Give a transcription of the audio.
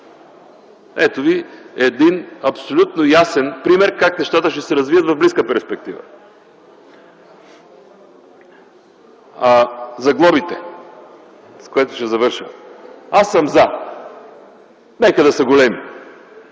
Ето ви абсолютно ясен пример как ще се развият нещата в близка перспектива. За глобите, с което завършвам. Аз съм „за”, нека да са големи.